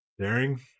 Daring